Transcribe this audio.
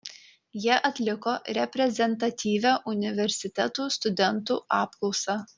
jie atliko reprezentatyvią universitetų studentų apklausą